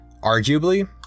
arguably